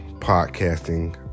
podcasting